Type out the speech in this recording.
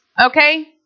okay